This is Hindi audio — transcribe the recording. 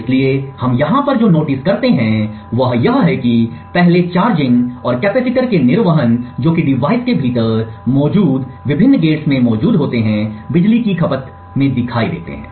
इसलिए हम यहाँ पर जो नोटिस करते हैं वह यह है कि पहले चार्जिंग और कैपेसिटर के निर्वहन जो कि डिवाइस के भीतर मौजूद विभिन्न गेट में मौजूद होते हैं बिजली की खपत में दिखाई देते हैं